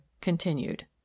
continued